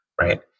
right